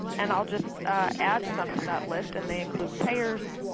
and i'll just add some to that list. and they include payers,